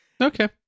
Okay